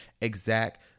exact